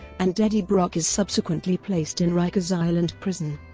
and eddie brock is subsequently placed in ryker's island prison.